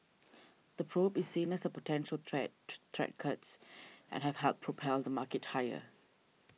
the probe is seen as a potential threat to threat cuts and have helped propel the market higher